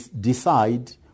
decide